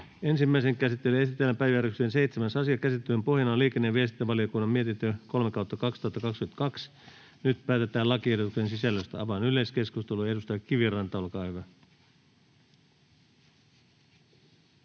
Ensimmäiseen käsittelyyn esitellään päiväjärjestyksen 7. asia. Käsittelyn pohjana on liikenne- ja viestintävaliokunnan mietintö LiVM 3/2022 vp. Nyt päätetään lakiehdotuksen sisällöstä. — Avaan yleiskeskustelun. Edustaja Kiviranta, olkaa hyvä.